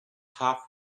half